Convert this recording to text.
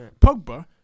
Pogba